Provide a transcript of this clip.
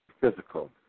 physical